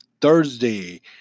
Thursday